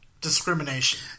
discrimination